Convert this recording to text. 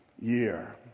year